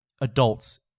adults